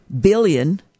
billion